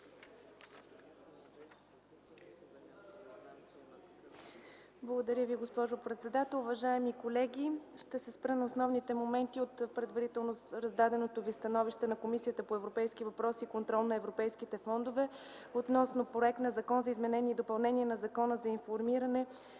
Благодаря Ви, госпожо председател. Уважаеми колеги, ще се спра на основните моменти от предварително представеното становище на Комисията по европейските въпроси и контрол на европейските фондове относно проект на Закон за изменение и допълнение на Закона за информиране